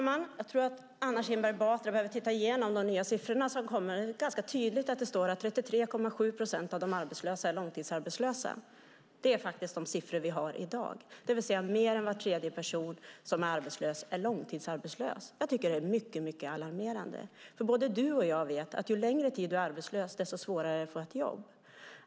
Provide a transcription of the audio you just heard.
Herr talman! Anna Kinberg Batra behöver titta igenom de nya siffror som kommit. Där står tydligt att 33,7 procent av de arbetslösa är långtidsarbetslösa. Med andra ord är mer än var tredje arbetslös långtidsarbetslös, vilket är alarmerande. Både Anna Kinberg Batra och jag vet att ju längre tid man är arbetslös, desto svårare är det att få jobb.